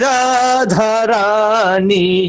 Radharani